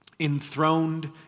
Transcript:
enthroned